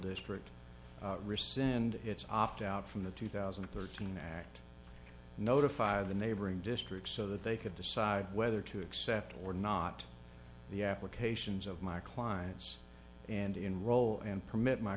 district resend its opt out from the two thousand and thirteen act and notify the neighboring districts so that they could decide whether to accept or not the applications of my clients and enroll and permit my